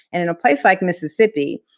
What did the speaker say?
and in a place like mississippi,